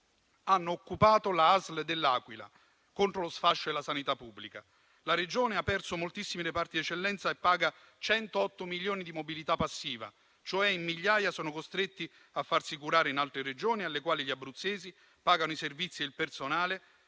hanno occupato l'ASL dell'Aquila contro lo sfascio della sanità pubblica. La Regione ha perso moltissimi reparti di eccellenza e paga 108 milioni di mobilità passiva, cioè in migliaia sono costretti a farsi curare in altre Regioni alle quali gli abruzzesi pagano i servizi e il personale,